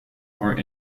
are